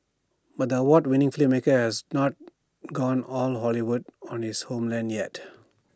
but the award winning filmmaker has not gone all Hollywood on his homeland yet